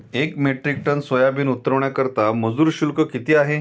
एक metric tonne soybean उतरवण्याकरता मजूर शुल्क किती आहे?